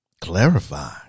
clarify